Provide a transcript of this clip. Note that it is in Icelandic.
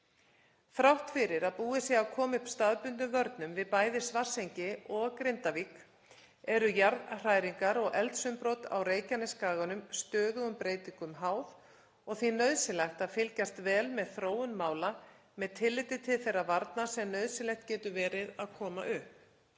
Þrátt fyrir að búið sé að koma upp staðbundnum vörnum við bæði Svartsengi og Grindavík eru jarðhræringar og eldsumbrot á Reykjanesskaganum stöðugum breytingum háð og því nauðsynlegt að fylgjast vel með þróun mála með tilliti til þeirra varna sem nauðsynlegt getur verið að koma upp.